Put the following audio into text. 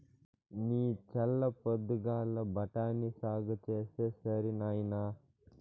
నీ చల్ల పొద్దుగాల బఠాని సాగు చేస్తే సరి నాయినా